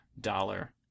dollar